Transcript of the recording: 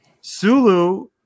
Sulu